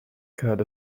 god